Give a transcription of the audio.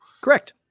Correct